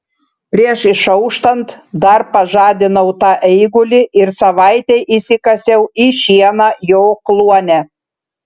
prieš išauštant dar pažadinau tą eigulį ir savaitei įsikasiau į šieną jo kluone